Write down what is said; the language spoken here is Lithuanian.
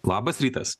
labas rytas